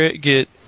get